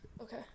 okay